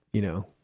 you know,